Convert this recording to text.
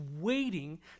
waiting